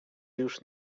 już